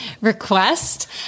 request